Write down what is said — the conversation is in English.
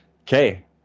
okay